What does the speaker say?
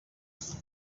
yen